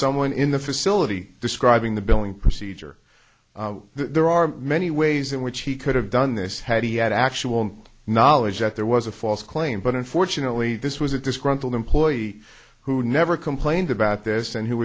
someone in the facility describing the billing procedure there are many ways in which he could have done this had he had actual knowledge that there was a false claim but unfortunately this was a disgruntled employee who never complained about this and who